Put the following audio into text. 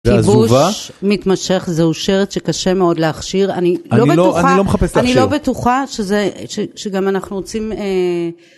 כיבוש מתמשך זהו שרץ שקשה מאוד להכשיר, אני לא בטוחה, אני לא בטוחה שגם אנחנו רוצים